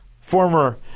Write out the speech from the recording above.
former